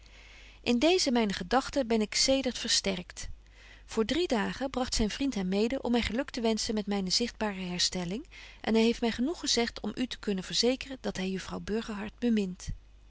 in deeze myne gedagten ben ik zedert verbetje wolff en aagje deken historie van mejuffrouw sara burgerhart sterkt voor drie dagen bragt zyn vriend hem mede om my geluk te wenschen met myne zichtbare herstelling en hy heeft my genoeg gezegt om u te kunnen verzekeren dat hy juffrouw burgerhart bemint